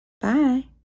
Bye